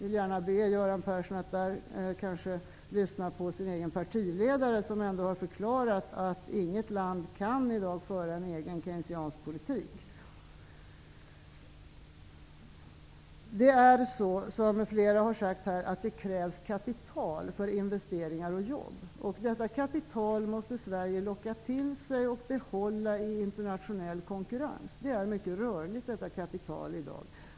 Jag vill gärna be Göran Persson att där lyssna på sin egen partiledare som har förklarat att inget land i dag kan föra en egen keynesiansk politik. Det krävs kapital för investeringar och jobb, som flera har sagt här. Detta kapital måste Sverige locka till sig och behålla i internationell konkurrens. Detta kapital är mycket rörligt i dag.